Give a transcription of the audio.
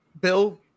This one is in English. Bill